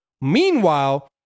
meanwhile